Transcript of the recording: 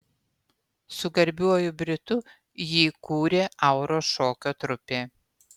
su garbiuoju britu jį kūrė auros šokio trupė